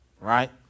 Right